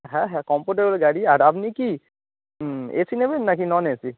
হ্যাঁ হ্যাঁ কমফোর্টেবল গাড়ি আর আপনি কি এসি নেবেন নাকি নন এসি